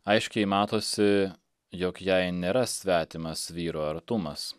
aiškiai matosi jog jai nėra svetimas vyro artumas